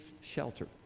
shelter